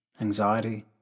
anxiety